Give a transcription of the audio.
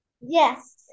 yes